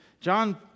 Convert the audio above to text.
John